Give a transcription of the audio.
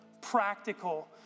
practical